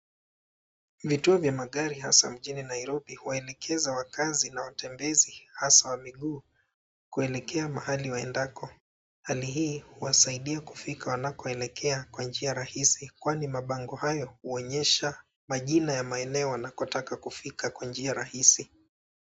vituo vya magari hasaa mjini Nairobi huwaelekeza wakaazi na watembezi hasaa wa miguu kuelekea mahali waendako. Hali hii huwasaidia kufika mahali wanakoelekea kwa njia rahisi kwani mabango hayo huonyesha majina ya meneo wanakotaka kufika kwa njia rahisi.